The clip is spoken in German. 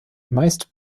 meist